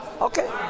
Okay